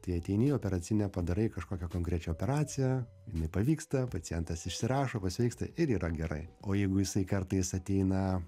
tai ateini į operacinę padarai kažkokią konkrečią operaciją jinai pavyksta pacientas išsirašo pasveiksta ir yra gerai o jeigu jisai kartais ateina